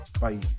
Bye